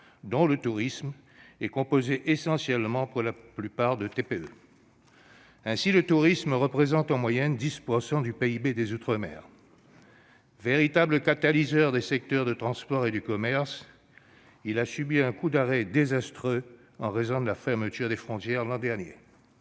dont le tourisme, où les entreprises ultramarines sont pour la plupart des TPE. Ainsi le tourisme représente-t-il en moyenne 10 % du PIB des outre-mer. Véritable catalyseur des secteurs des transports et du commerce, il a subi un coup d'arrêt désastreux en raison de la fermeture des frontières l'an dernier.